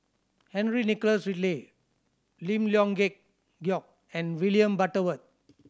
Henry Nicholas Ridley Lim Leong Geok and William Butterworth